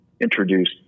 Introduced